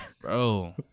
Bro